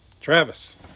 Travis